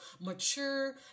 mature